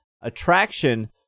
attraction